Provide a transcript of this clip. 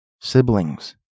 siblings